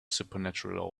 supernatural